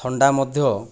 ଥଣ୍ଡା ମଧ୍ୟ